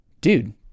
dude